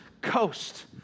coast